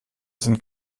sind